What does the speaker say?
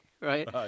right